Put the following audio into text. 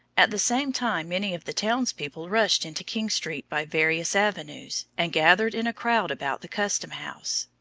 at the same time many of the townspeople rushed into king street by various avenues, and gathered in a crowd about the custom-house.